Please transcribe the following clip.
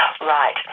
right